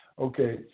Okay